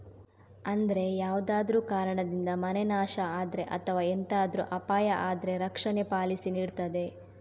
ಅಂದ್ರೆ ಯಾವ್ದಾದ್ರೂ ಕಾರಣದಿಂದ ಮನೆ ನಾಶ ಆದ್ರೆ ಅಥವಾ ಎಂತಾದ್ರೂ ಅಪಾಯ ಆದ್ರೆ ರಕ್ಷಣೆ ಪಾಲಿಸಿ ನೀಡ್ತದೆ